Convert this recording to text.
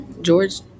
George